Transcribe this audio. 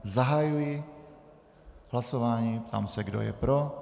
Zahajuji hlasování a ptám se, kdo je pro.